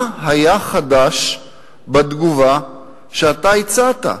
מה היה חדש בתגובה שאתה הצעת?